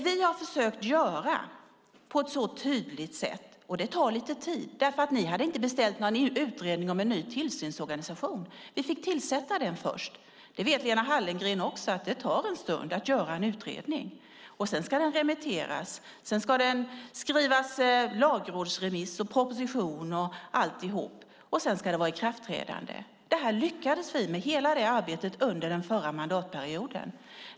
Ni hade inte beställt någon utredning om en ny tillsynsorganisation. Vi fick tillsätta den först. Som Lena Hallengren vet tar det tid att göra en utredning. Den ska sedan remitteras. Det ska skrivas lagrådsremiss och propositioner och sedan ska det vara ett ikraftträdande. Hela det arbetet lyckades vi med under den förra mandatperioden.